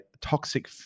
toxic